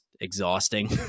exhausting